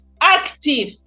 active